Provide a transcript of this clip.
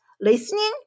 listening